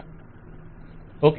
vendor okay